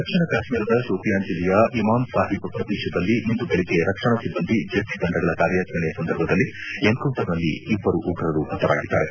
ದಕ್ಷಿಣ ಕಾಶ್ಮೀರದ ಶೋಪಿಯಾನ್ ಜಿಲ್ಲೆಯ ಇಮಾಮ್ ಸಾಹೀಬ್ ಪ್ರದೇಶದಲ್ಲಿ ಇಂದು ಬೆಳಿಗ್ಗೆ ರಕ್ಷಣಾ ಸಿಬ್ಬಂದಿ ಜಂಟಿ ತಂಡಗಳ ಕಾರ್ಯಾಚರಣೆಯ ಸಂದರ್ಭದಲ್ಲಿ ಎನ್ಕೌಂಟರ್ನಲ್ಲಿ ಇಬ್ಬರು ಉಗ್ರರು ಹತರಾಗಿದ್ದಾರೆ